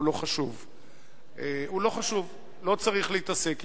הוא לא חשוב, הוא לא חשוב, לא צריך להתעסק אתו.